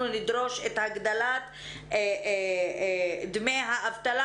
אנחנו נדרוש את הגדלת דמי האבטלה.